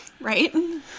Right